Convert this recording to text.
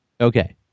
Okay